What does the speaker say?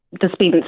dispense